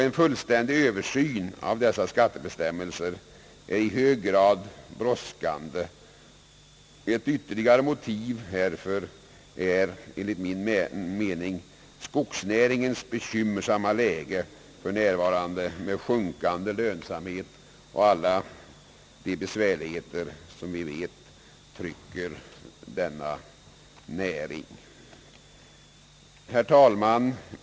En fullständig översyn av skattebestämmelserna är i hög grad brådskande. Ett ytterligare motiv för en översyn är enligt min mening skogsnäringens för närvarande bekymmersamma läge med sjunkande lönsamhet och alla de besvärligheter som vi vet föreligger för denna näring. Herr talman!